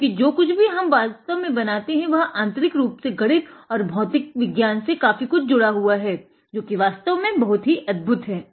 क्योंकि जो कुछ भी हम वास्तव में बनाते है वह आंतरिक रूप से गणित और भौतिक विज्ञान से काफ़ी कुछ जुढा हुआ है जो कि वास्तव बहुत ही अद्भुत है